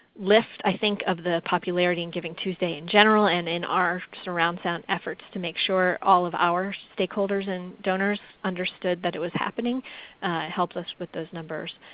list i think of the popularity of and givingtuesday in general and and our surround sound efforts to make sure all of our stakeholders and donors understood that it was happening helped us with those numbers.